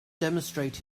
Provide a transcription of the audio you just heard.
demonstrate